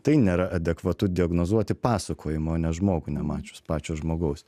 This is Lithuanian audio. tai nėra adekvatu diagnozuoti pasakojimą ne žmogų nemačius pačio žmogaus